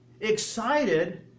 excited